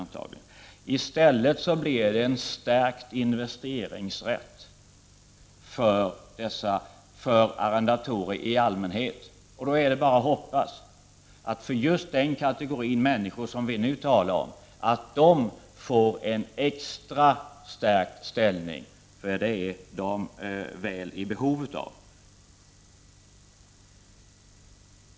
Det kommer i stället att bli en stärkt investeringsrätt för arrendatorer i allmänhet. När det gäller den kategori människor som vi nu diskuterar får vi bara hoppas att de får en extra stark ställning, som de så väl är i behov av.